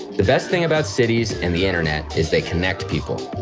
the best thing about cities and the internet is they connect people.